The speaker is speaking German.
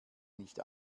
nicht